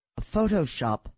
Photoshop